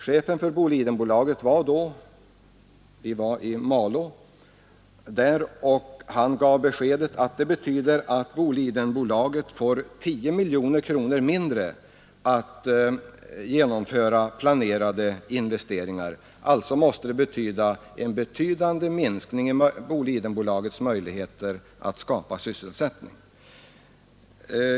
Chefen för Bolidenbolaget var där och han gav beskedet att Bolidenbolaget på grund av den höjda arbetsgivaravgiften får 10 miljoner kronor mindre att genomföra planerade investeringar för. Det måste alltså betyda en avsevärd minskning av Bolidenbolagets möjligheter att skapa sysselsättning.